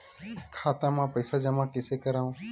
खाता म पईसा जमा कइसे करव?